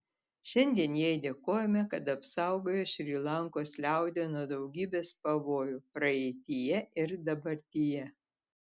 šiandien jai dėkojame kad apsaugojo šri lankos liaudį nuo daugybės pavojų praeityje ir dabartyje